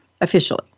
officially